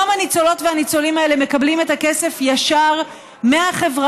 היום הניצולות והניצולים האלה מקבלים את הכסף ישר מהחברה,